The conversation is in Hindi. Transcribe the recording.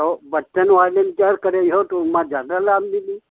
और बच्चे वाला में क्या है करेहियो तो उसमें ज्यादा लाभ मिलता है